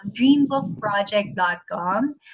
dreambookproject.com